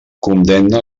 condemne